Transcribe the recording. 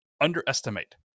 underestimate